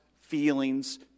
feelings